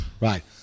Right